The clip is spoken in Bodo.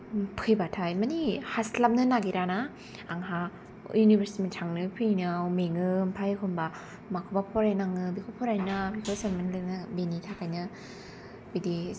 फैबाथाय मानि हास्लाबनो नागिरा ना आंहा इउनिभारसिटीसिम थांनो फैनोआव मेङो ओमफाय एखनबा माखौबा फरायनाङो बेखौ फरायनो ना एसाइनमेन्ट लिरनो बिनि थाखायनो बिदि जे